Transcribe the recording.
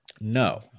no